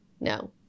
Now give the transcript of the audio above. No